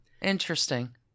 Interesting